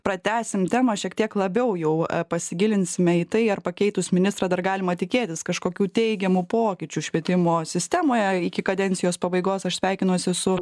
pratęsim temą šiek tiek labiau jau pasigilinsime į tai ar pakeitus ministrą dar galima tikėtis kažkokių teigiamų pokyčių švietimo sistemoje iki kadencijos pabaigos aš sveikinuosi su